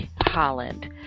Holland